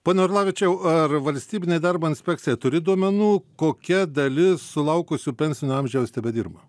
pone orlavičiau ar valstybinė darbo inspekcija turi duomenų kokia dalis sulaukusių pensinio amžiaus tebedirba